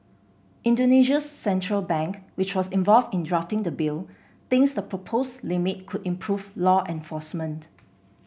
Indonesia's central bank which was involved in drafting the bill thinks the proposed limit could improve law enforcement